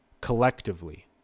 collectively